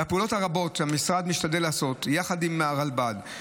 בפעולות הרבות שהמשרד משתדל לעשות יחד עם הרלב"ד,